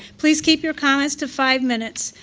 please keep your comments to five minutes.